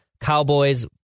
Cowboys